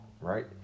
right